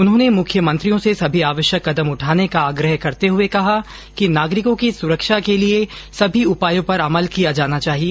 उन्होंने मुख्यमंत्रियों से सभी आवश्यक कदम उठाने का आग्रह करते हुए कहा कि नागरिकों की सुरक्षा के लिए सभी उपायों पर अमल किया जाना चाहिए